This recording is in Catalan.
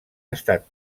estat